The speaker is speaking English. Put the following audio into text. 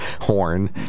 horn